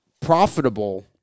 profitable